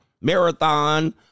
Marathon